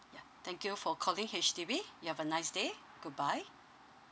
yeah thank you for calling H_D_B you have a nice day goodbye